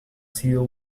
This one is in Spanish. sido